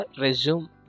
resume